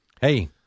hey